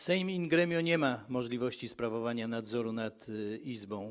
Sejm in gremio nie ma możliwości sprawowania nadzoru nad Izbą.